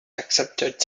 accepted